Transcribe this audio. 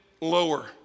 lower